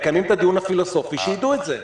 מקיימים את הדיון הפילוסופי, שיידעו את זה.